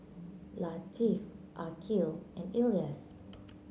Latif Aqil and Elyas